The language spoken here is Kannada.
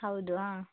ಹೌದು ಹಾಂ